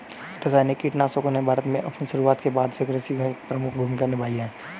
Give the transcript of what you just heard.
रासायनिक कीटनाशकों ने भारत में अपनी शुरुआत के बाद से कृषि में एक प्रमुख भूमिका निभाई है